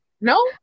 No